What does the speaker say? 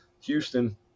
Houston